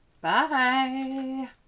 Bye